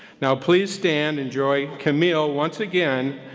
now please stand and join camille once again,